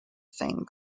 same